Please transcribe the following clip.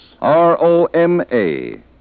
R-O-M-A